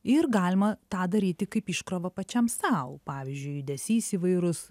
ir galima tą daryti kaip iškrovą pačiam sau pavyzdžiui judesys įvairus